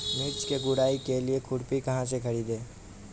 मिर्च की गुड़ाई के लिए खुरपी कहाँ से ख़रीदे?